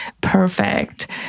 perfect